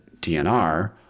DNR